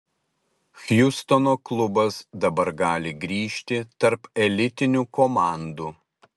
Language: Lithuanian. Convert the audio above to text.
hjustono klubas dabar gali grįžti tarp elitinių komandų